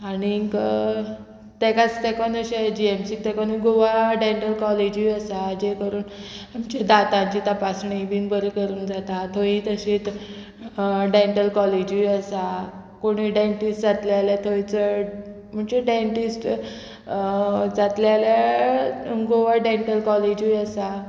आनीक तांकां तेंकोन अशें जीएमसीक तेकोन गोवा डॅन्टल कॉलेजूय आसा जे करून आमची दांतांची तपासणी बीन बरी करूंक जाता थंयी तशींत डॅन्टल कॉलेजूय आसा कोणीय डेन्टिस्ट जातले जाल्यार थंय चड म्हणजे डेंटिस्ट जातले जाल्यार गोवा डॅन्टल कॉलेजूय आसा